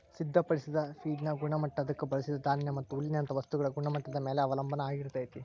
ಸಿದ್ಧಪಡಿಸಿದ ಫೇಡ್ನ ಗುಣಮಟ್ಟ ಅದಕ್ಕ ಬಳಸಿದ ಧಾನ್ಯ ಅಥವಾ ಹುಲ್ಲಿನಂತ ವಸ್ತುಗಳ ಗುಣಮಟ್ಟದ ಮ್ಯಾಲೆ ಅವಲಂಬನ ಆಗಿರ್ತೇತಿ